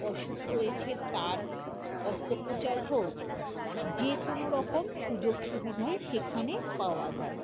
অসুখ করেছে তার অস্ত্রোপচার হোক যে কোনো রকম সুযোগ সুবিধাই সেখানে পাওয়া যায়